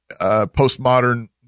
postmodern